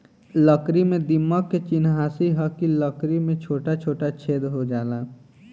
लकड़ी में दीमक के चिन्हासी ह कि लकड़ी में छोटा छोटा छेद हो जाला